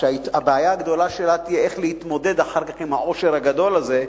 שהבעיה הגדולה שלה תהיה איך להתמודד אחר כך עם העושר הגדול הזה,